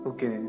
Okay